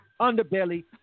underbelly